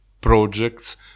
projects